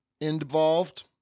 involved